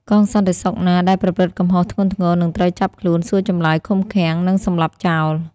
កងសន្តិសុខណាដែលប្រព្រឹត្តកំហុសធ្ងន់ធ្ងរ នឹងត្រូវចាប់ខ្លួន សួរចម្លើយ ឃុំឃាំង និងសម្លាប់ចោល។